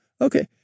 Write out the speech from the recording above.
Okay